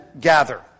gather